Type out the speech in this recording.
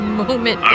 moment